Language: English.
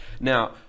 Now